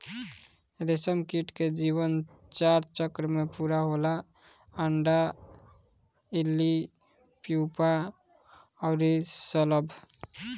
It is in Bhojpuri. रेशमकीट के जीवन चार चक्र में पूरा होला अंडा, इल्ली, प्यूपा अउरी शलभ